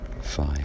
five